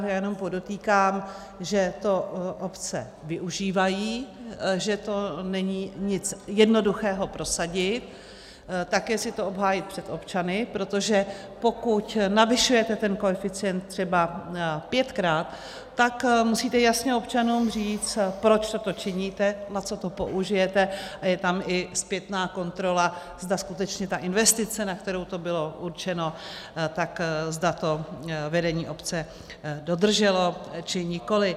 Já jenom podotýkám, že to obce využívají, že to není nic jednoduchého prosadit a také si to obhájit před občany, protože pokud navyšujete ten koeficient třeba pětkrát, tak musíte jasně občanům říct, proč toto činíte, na co to použijete, a je tam i zpětná kontrola, zda skutečně ta investice, na kterou to bylo určeno, zda to vedení obce dodrželo, či nikoli.